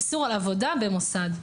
איסור על עבודה במוסד.